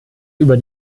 über